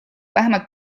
vähemalt